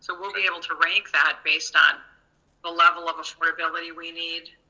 so we'll be able to rank that based on the level of affordability we need,